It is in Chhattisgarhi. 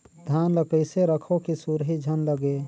धान ल कइसे रखव कि सुरही झन लगे?